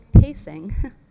pacing